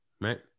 right